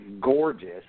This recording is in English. gorgeous